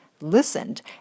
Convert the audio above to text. listened